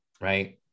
right